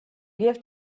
give